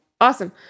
awesome